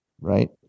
Right